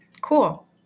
cool